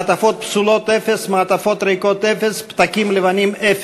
מעטפות פסולות, 0, מעטפות ריקות, 0,